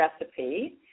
recipe